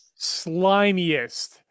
slimiest